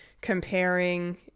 Comparing